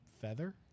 feather